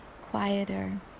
quieter